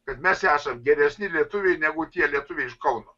kad mes esam geresni lietuviai negu tie lietuviai iš kauno